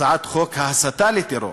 הצעת חוק ההסתה לטרור,